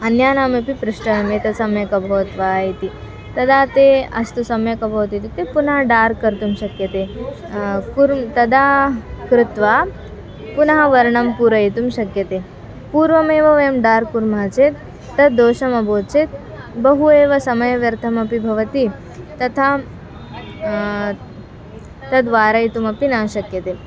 अन्यानामपि पृष्टव्यं तत् सम्यक् अभवत् वा इति तदा ते अस्तु सम्यक् अभवत् इत्युक्ते पुनः डार्क् कर्तुं शक्यते कुर्मः तदा कृत्वा पुनः वर्णं पूरयितुं शक्यते पूर्वमेव वयं डार्क् कुर्मः चेत् तद् दोषम् अभवत् चेत् बहु एव समयव्यर्थमपि भवति तथा तद्वारयितुमपि न शक्यते